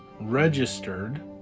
registered